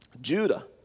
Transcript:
Judah